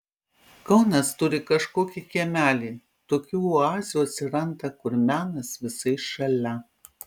kaunas turi kažkokį kiemelį tokių oazių atsiranda kur menas visai šalia